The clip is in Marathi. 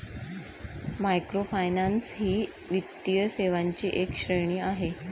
मायक्रोफायनान्स ही वित्तीय सेवांची एक श्रेणी आहे